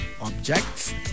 objects